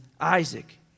Isaac